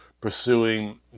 pursuing